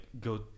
go